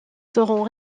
seront